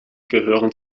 gehören